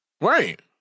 Right